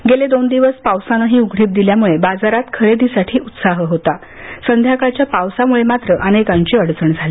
आणि गेले दोन दिवस पावसानंही उघडीप दिल्यामुळे बाजारात खरेदीसाठी उत्साह होता संध्याकाळच्या पावसामुळे मात्र अनेकांची अडचण झाली